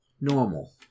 normal